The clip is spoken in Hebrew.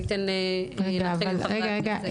רגע רגע.